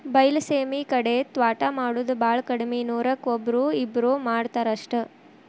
ಬೈಲಸೇಮಿ ಕಡೆ ತ್ವಾಟಾ ಮಾಡುದ ಬಾಳ ಕಡ್ಮಿ ನೂರಕ್ಕ ಒಬ್ಬ್ರೋ ಇಬ್ಬ್ರೋ ಮಾಡತಾರ ಅಷ್ಟ